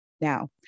Now